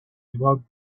about